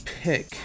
pick